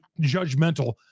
judgmental